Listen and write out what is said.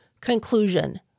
conclusion